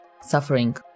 suffering